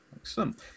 excellent